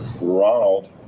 Ronald